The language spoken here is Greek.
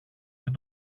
και